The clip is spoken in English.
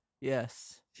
Yes